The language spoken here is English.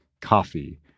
coffee